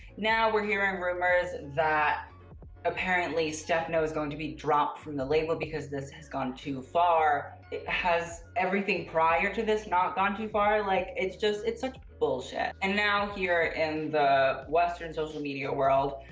now we're hearing rumors that apparently stefano's going to be dropped from the label because this has gone too far. has everything prior to this not gone too far? like, it's just it's such bullshit. and now here in the western social media world,